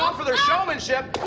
um for their showmanship.